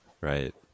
right